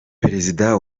perezida